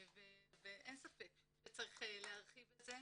ואין ספק שצריך להרחיב את זה.